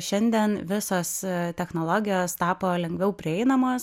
šiandien visos technologijos tapo lengviau prieinamos